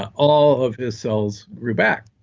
ah all of his cells grew back,